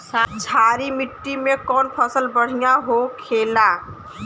क्षारीय मिट्टी में कौन फसल बढ़ियां हो खेला?